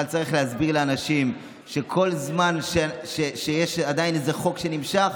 אבל צריך להסביר לאנשים שכל זמן שיש עדיין חוק שנמשך,